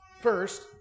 First